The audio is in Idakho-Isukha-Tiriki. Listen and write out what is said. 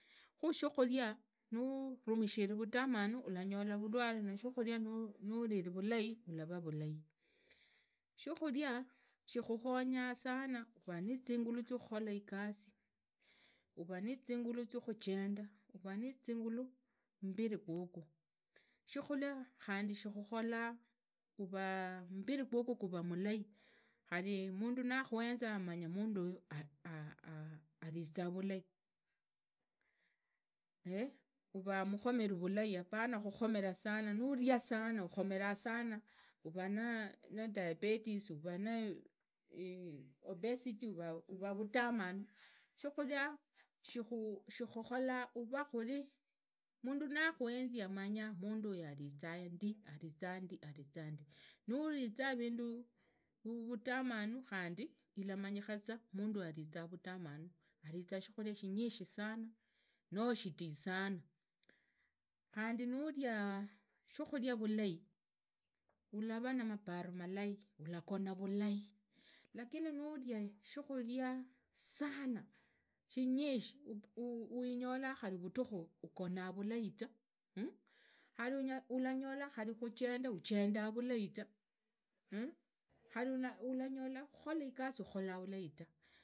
Khu shikhuria nurumishire vutamanu ulanyola vulwale, nashutihuria nurile vulai ulanyola nuriri vulai ulava vulai shukhuria shitikhukhonya sana uvanazinguru zikhukhola igasi uvanizinyula zia khujenda huvanizingulu mbiri qwoqwo shikhuria shitikhuria shitikuthola uvambiri qwoqwo quvaa mulai khari mundu nakhueneza munduyu hariza vulai huvamukhomeru vulai apana khukhomera obesity uvaa vutamanu shikhunia shikhukhola uva khuli mundu nakhuenzi amanya munduyu ariza ndi nuriza vindu vutamu khandi iramanyikhaza mundoyo ariza vutamanu ariza shukhuria shinyishi sana noo shitisana khandi ulanyola kujenda vulai ta khuri ulanyola khukhora igasi utihola vulai ta.